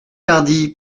tardy